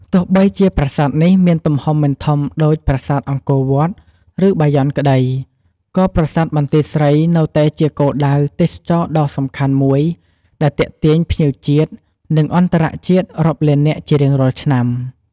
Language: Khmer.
ទោះបីជាប្រាសាទនេះមានទំហំមិនធំដូចប្រាសាទអង្គរវត្ត ឬបាយ័នក្ដី ក៏ប្រាសាទបន្ទាយស្រីនៅតែជាគោលដៅទេសចរណ៍ដ៏សំខាន់មួយដែលទាក់ទាញភ្ញៀវជាតិ និងអន្តរជាតិរាប់លាននាក់ជារៀងរាល់ឆ្នាំ។